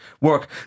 work